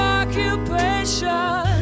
occupation